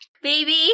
Baby